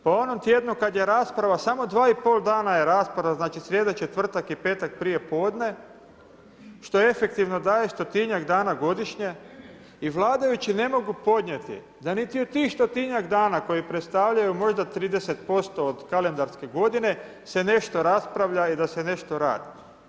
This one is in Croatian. Pa u onom tjednu kad je rasprava samo dva i pol dana je rasprava, znači srijeda, četvrtak i petak prije podne što efektivno daje stotinjak dana godišnje i vladajući ne mogu podnijeti da niti u tih stotinjak dana koji predstavljaju možda 30% od kalendarske godine se nešto raspravlja i da se nešto radi.